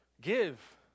give